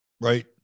right